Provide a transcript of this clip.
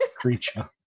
creature